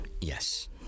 Yes